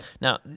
Now